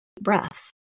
breaths